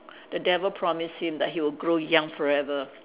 the devil promise him that he'll grow young forever